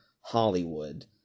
Hollywood